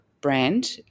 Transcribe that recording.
brand